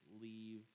leave